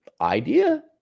idea